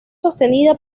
sostenida